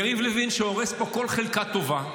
יריב לוין, שהורס פה כל חלקה טובה,